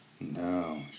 no